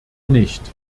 nicht